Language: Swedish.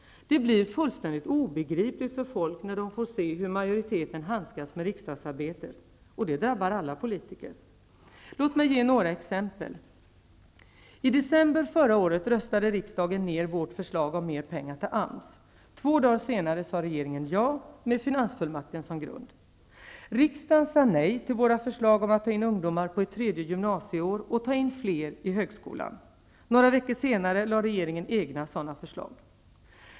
Det blir fullständigt obegripligt för folk när de får se hur majoriteten handskas med riksdagsarbetet. Och det drabbar alla politiker. Låt mig ta några exempel. I december förra året röstade riksdagen ned vårt förslag om mer pengar till AMS. Två dagar senare sade regeringen ja -- med finansfullmakten som grund. Riksdagen sade nej till våra förslag om att ta in ungdomar på ett tredje gymnasieår och ta in fler vid högskolan. Några veckor senare lade regeringen fram egna sådana förslag.